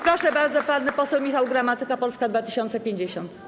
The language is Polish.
Proszę bardzo, pan poseł Michał Gramatyka, Polska 2050.